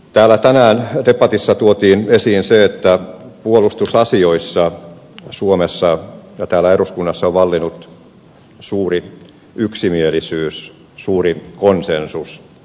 täällä tänään debatissa tuotiin esiin se että puolustusasioissa suomessa ja täällä eduskunnassa on vallinnut suuri yksimielisyys suuri konsensus